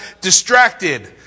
distracted